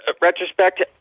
retrospect